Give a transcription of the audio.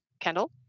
Kendall